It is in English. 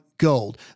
Gold